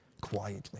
quietly